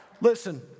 Listen